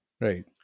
Right